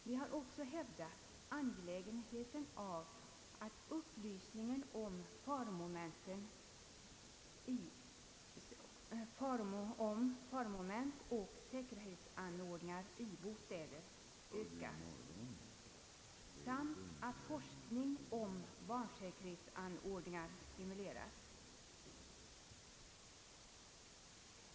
Vi har också hävdat angelägenheten av att upplysningen om faromoment och säkerhetsanordningar i bostäder ökas samt att forskning om barnsäkerhetsanordningar stimuleras.